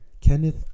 Kenneth